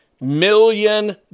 million